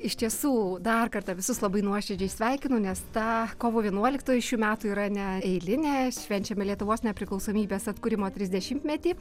iš tiesų dar kartą visus labai nuoširdžiai sveikinu nes ta kovo vienuoliktoji šių metų yra neeilinė švenčiame lietuvos nepriklausomybės atkūrimo trisdešimtmetį